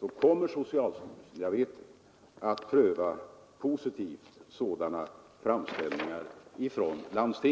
så kommer socialstyrelsen — jag vet det — att positivt pröva sådana framställningar från landstinget.